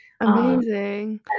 amazing